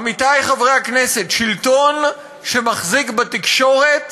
עמיתי חברי הכנסת, שלטון שמחזיק בתקשורת